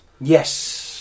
yes